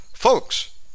Folks